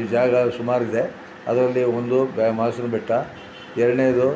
ಈ ಜಾಗ ಸುಮಾರಿದೆ ಅದರಲ್ಲಿ ಒಂದು ಮಾದೇಶ್ವರನ ಬೆಟ್ಟ ಎರಡನೇದು